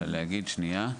אלא להגיד: שנייה,